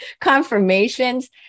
confirmations